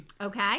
Okay